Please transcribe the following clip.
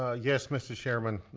ah yes, mr. chairman.